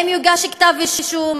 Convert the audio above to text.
אם יוגש כתב אישום,